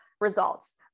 results